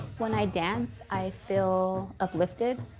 when i dance i feel uplifted,